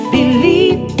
Believe